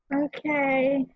okay